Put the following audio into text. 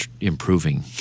improving